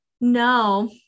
no